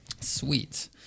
Sweet